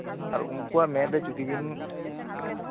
ᱟᱨ ᱩᱱᱠᱩᱣᱟᱜ ᱢᱮᱫᱨᱮ ᱡᱚᱫᱤ ᱵᱮᱱ